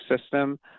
system